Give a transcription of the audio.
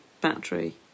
battery